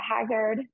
Haggard